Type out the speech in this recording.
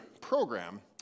program